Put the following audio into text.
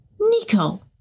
Nico